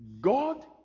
God